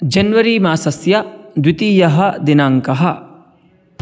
January मासस्य द्वितीयः दिनाङ्कः